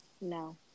no